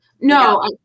No